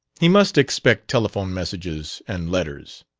he must expect telephone messages and letters.